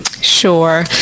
Sure